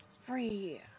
free